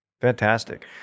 Fantastic